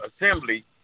Assembly